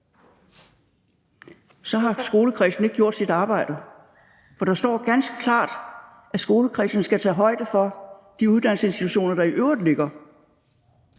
Så har skolekredsen ikke gjort sit arbejde, for der står ganske klart, at skolekredsen skal tage hensyn til de øvrige uddannelsesinstitutioner, så de på den